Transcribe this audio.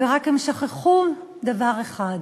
ורק, הם שכחו דבר אחד,